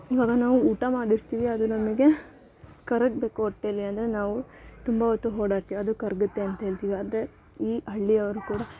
ಇವಾಗ ನಾವು ಊಟ ಮಾಡಿರ್ತೀವಿ ಅದು ನಮಗೆ ಕರಗಬೇಕು ಹೊಟ್ಟೆಲಿ ಅಂದರೆ ನಾವು ತುಂಬ ಹೊತ್ತು ಓಡಾಡ್ತಿವಿ ಅದು ಕರಗತ್ತೆ ಅಂತೇಳ್ತೀವಿ ಅದೇ ಈ ಹಳ್ಳಿಯವರು ಕೂಡ